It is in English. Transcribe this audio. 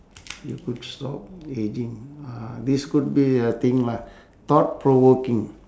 you could stop ageing uh this could be the thing lah thought provoking